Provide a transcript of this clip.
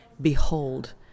Behold